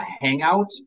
hangout